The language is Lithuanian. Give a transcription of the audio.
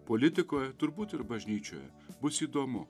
politikoje turbūt ir bažnyčioje bus įdomu